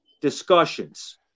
discussions